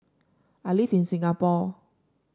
I live in Singapore